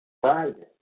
Friday